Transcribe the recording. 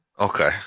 okay